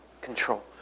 control